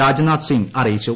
രാജ്നാഥ്സിംഗ് അറിയിച്ചു